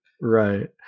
right